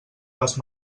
les